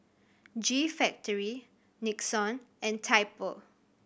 G Factory Nixon and Typo